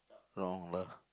wrong lah